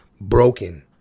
broken